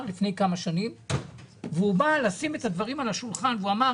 לפני כמה שנים והוא בא לשים את הדברים על השולחן והוא אמר